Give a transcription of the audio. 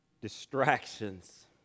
distractions